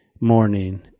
morning